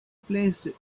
placed